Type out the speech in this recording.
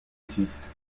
six